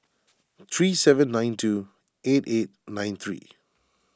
three seven nine two eight eight nine three